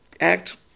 Act